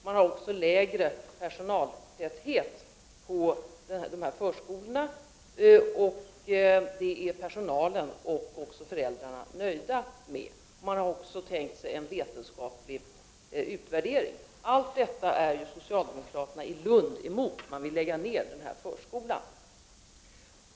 Man har också lägre personaltäthet på de här förskolorna, och det är personalen och även föräldrarna nöjda med. Man har också tänkt sig en vetenskaplig utvärdering. Allt detta är socialdemokraterna i Lund emot. De vill lägga ned den här förskolan.